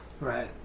Right